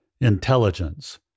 intelligence